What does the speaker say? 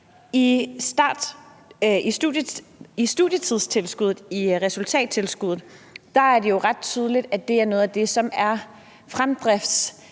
resultattilskuddet i studietidstilskuddet er det jo ret tydeligt, at det er noget af det, som er fremdriftsdrivende.